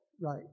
right